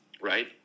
Right